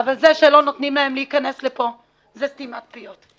אבל זה שלא נותנים להם להיכנס לפה זה סתימת פיות,